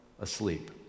asleep